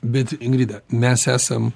bet ingrida mes esam